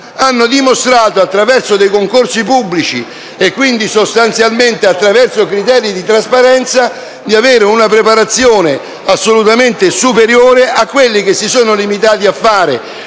hanno dimostrato, attraverso dei concorsi pubblici e, quindi, sostanzialmente attraverso criteri di trasparenza, di avere una preparazione assolutamente superiore a quelli che si sono limitati a fare